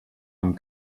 amb